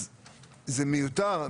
זה מיותר.